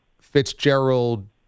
Fitzgerald